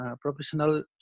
professional